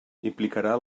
implicarà